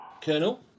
Colonel